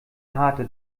harte